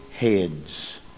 heads